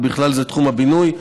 ובכלל זה תחום הבינוי,